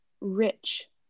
rich